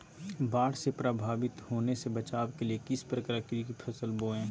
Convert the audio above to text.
बाढ़ से प्रभावित होने से बचाव के लिए किस प्रकार की फसल बोए?